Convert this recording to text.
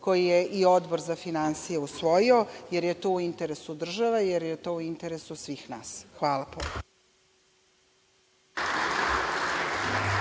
koji je i Odbor za finansije usvojio, jer je to u interesu države, jer je to u interesu svih nas. Hvala puno.